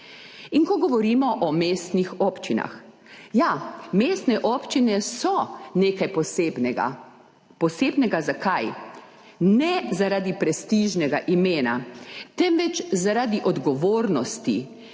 Ko govorimo o mestnih občinah, ja, mestne občine so nekaj posebnega. Zakaj? Ne zaradi prestižnega imena, temveč zaradi odgovornosti,